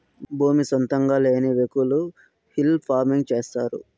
భూమి సొంతంగా లేని వ్యకులు హిల్ ఫార్మింగ్ చేస్తారు